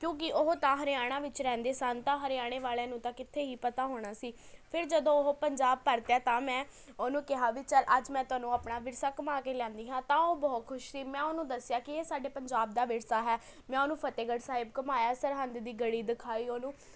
ਕਿਉਂਕਿ ਉਹ ਤਾਂ ਹਰਿਆਣਾ ਵਿੱਚ ਰਹਿੰਦੇ ਸਨ ਤਾਂ ਹਰਿਆਣੇ ਵਾਲਿਆਂ ਨੂੰ ਤਾਂ ਕਿੱਥੇ ਹੀ ਪਤਾ ਹੋਣਾ ਸੀ ਫਿਰ ਜਦੋਂ ਉਹ ਪੰਜਾਬ ਪਰਤਿਆ ਤਾਂ ਮੈਂ ਓਹਨੂੰ ਕਿਹਾ ਵੀ ਚੱਲ ਅੱਜ ਮੈਂ ਤੁਹਾਨੂੰ ਆਪਣਾ ਵਿਰਸਾ ਘੁੰਮਾਂ ਕੇ ਲਿਆਉਂਦੀ ਹਾਂ ਤਾਂ ਓਹ ਬਹੁਤ ਖੁਸ਼ ਸੀ ਮੈਂ ਓਹਨੂੰ ਦੱਸਿਆ ਕਿ ਇਹ ਪੰਜਾਬ ਦਾ ਵਿਰਸਾ ਹੈ ਮੈਂ ਓਹਨੂੰ ਫਤਿਹਗੜ੍ਹ ਸਾਹਿਬ ਘੁੰਮਾਇਆ ਸਰਹੰਦ ਦੀ ਗੜੀ ਦਿਖਾਈ ਉਹਨੂੰ